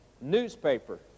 newspaper